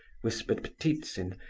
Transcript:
whispered ptitsin,